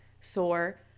sore